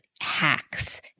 hacks